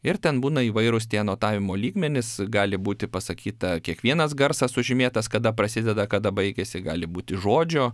ir ten būna įvairūs tie anotavimo lygmenys gali būti pasakyta kiekvienas garsas sužymėtas kada prasideda kada baigiasi gali būti žodžio